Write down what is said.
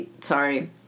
Sorry